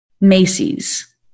Macy's